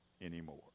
anymore